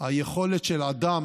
היכולת של אדם